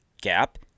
gap